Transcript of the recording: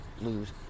lose